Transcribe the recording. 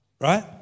right